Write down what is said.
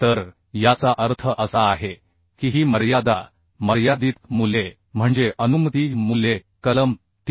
तर याचा अर्थ असा आहे की ही मर्यादा मर्यादित मूल्ये म्हणजे अनुमती मूल्ये कलम 3